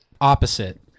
opposite